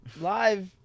live